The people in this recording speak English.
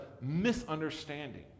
misunderstanding